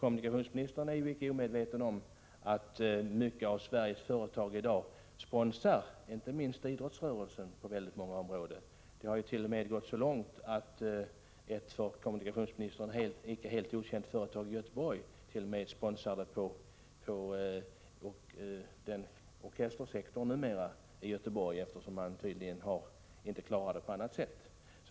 Kommunikationsministern är icke omedveten om att många av Sveriges företag i dag sponsrar olika verksamheter, inte minst inom idrottsrörelsen. Det har t.o.m. gått så långt att ett av kommunikationsministern icke helt okänt företag i Göteborg numera sponsrar symfoniorkestern där, eftersom den tydligen inte klarar sig på annat sätt.